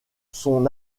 son